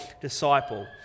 disciple